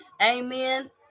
amen